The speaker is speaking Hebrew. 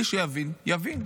מי שיבין, יבין.